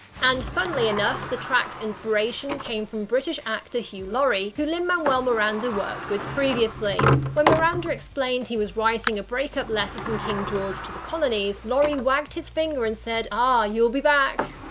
and funnily enough, the track's inspiration came from british actor hugh laurie who lin-manuel miranda worked with previously. when miranda explained he was writing a break-up letter from king george to the colonies, laurie wagged his finger and said awwww, ah you'll be back.